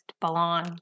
belong